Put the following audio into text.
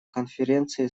конференции